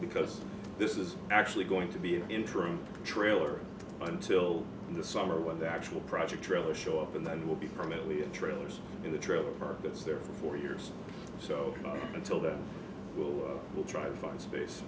because this is actually going to be an interim trailer until the summer when the actual project trailers show up and then we'll be permanently in trailers in the trailer park that's there for four years so until then we'll will try to find space